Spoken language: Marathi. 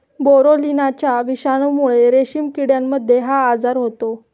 बोरोलिनाच्या विषाणूमुळे रेशीम किड्यांमध्ये हा आजार होतो